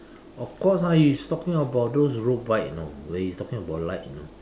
of course ah he's talking about those road bike you know when he's talking about light you know